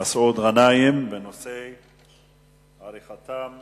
אני קובע שהנושא יועבר להמשך דיון בוועדת החינוך,